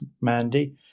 Mandy